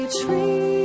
tree